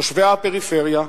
תושבי הפריפריה,